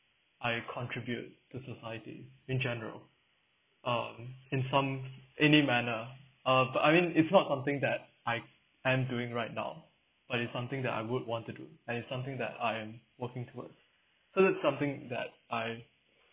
I contribute to society in general um in some in a manner uh but I mean it's not something that I am doing right now but it's something that I would want to do and it's something that I'm working towards something that I